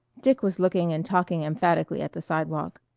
dick was looking and talking emphatically at the sidewalk.